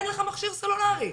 אין לך מכשיר סלולרי.